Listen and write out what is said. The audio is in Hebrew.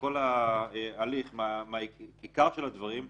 כל ההליך מהעיקר של הדברים לפרוצדורה.